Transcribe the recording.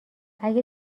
اگه